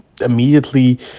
immediately